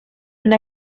una